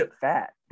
fat